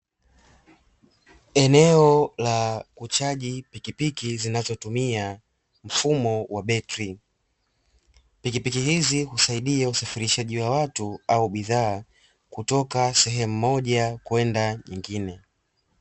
Eneo la uchaji pikipiki zinazotumia mfumo wa battri hizi husaidia usafirishaji wa watu au bidhaa kutoka sehemu moja kwenda nyingine.